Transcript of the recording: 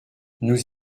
nous